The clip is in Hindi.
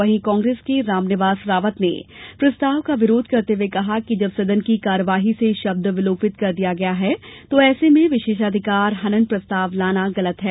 वहीं कांग्रेस के रामनिवास रावत ने प्रस्ताव का विरोध करते हुए कहा कि जब सदन की कार्यवाही से शब्द विलोपित कर दिया गया है तो ऐसे में विशेषाधिकार हनन प्रस्ताव लाना गलत है